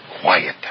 Quiet